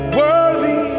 worthy